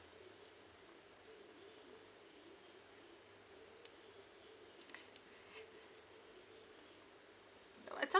but